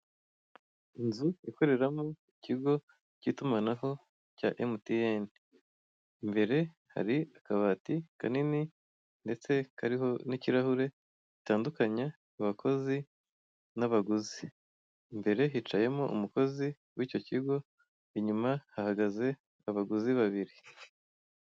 Inzu ikoreramo ikigo cy'itumanaho cya emitiyene, imbere hari akabati kanini ndetse kariho n'ikirahure, gitandukanya abakozi, n'abaguzi imbere hicayemo umukozi w'icyo kigo inyuma haahgaze abaguzi babiri.